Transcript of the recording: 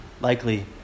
likely